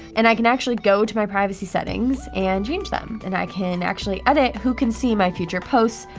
and i can actually go to my privacy settings and change them. and i can actually edit who can see my future posts.